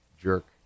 jerk